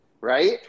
right